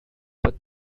but